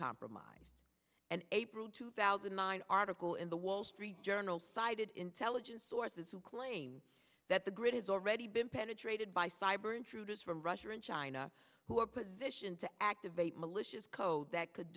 compromised an april two thousand and nine article in the wall street journal cited intelligence sources who claim that the grid has already been penetrated by cyber intruders from russia and china who are positioned to activate malicious code that could